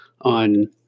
on